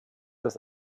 das